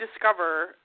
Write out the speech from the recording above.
discover